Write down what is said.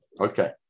okay